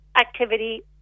activity